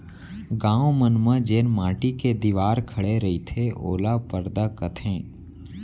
गॉंव मन म जेन माटी के दिवार खड़े रईथे ओला परदा कथें